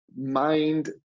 mind